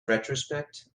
retrospect